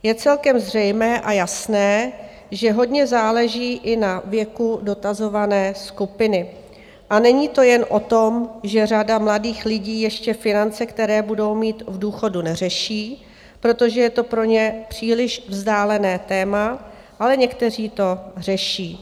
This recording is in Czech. Je celkem zřejmé a jasné, že hodně záleží i na věku dotazované skupiny, a není to jen o tom, že řada mladých lidí ještě finance, které budou mít v důchodu, neřeší, protože je to pro ně příliš vzdálené téma, ale někteří to řeší.